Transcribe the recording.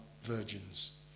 virgins